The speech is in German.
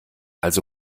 also